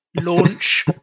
Launch